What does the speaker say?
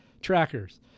trackers